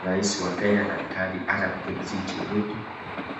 Rais wa Kenya daktari Arap Kipchirchir Ruto